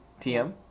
TM